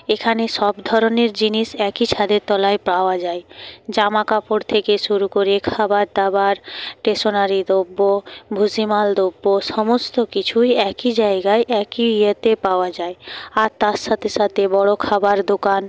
এখানে সব ধরনের জিনিস একই ছাদের তলায় পাওয়া যায় জামা কাপড় থেকে শুরু করে খাবার দাবার স্টেশনারি দ্রব্য ভুসিমাল দ্রব্য সমস্ত কিছুই একই জায়গায় একই ইয়েতে পাওয়া যায় আর তার সাথে সাথে বড় খাবার দোকান